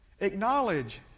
Acknowledge